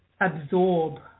absorb